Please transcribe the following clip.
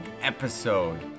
episode